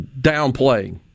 downplaying